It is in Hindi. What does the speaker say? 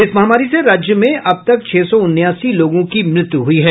इस महामारी से राज्य में अब तक छह सौ उनासी लोगों की मृत्यु हुई है